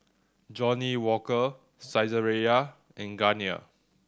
Johnnie Walker Saizeriya and Garnier